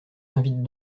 invite